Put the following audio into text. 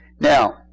Now